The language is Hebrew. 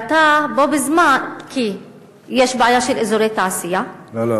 כי יש בעיה של אזורי תעשייה לא,